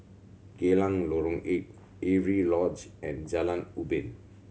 Geylang Lorong Eight Avery Lodge and Jalan Ubin